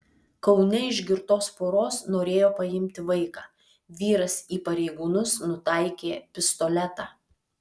kaune iš girtos poros norėjo paimti vaiką vyras į pareigūnus nutaikė pistoletą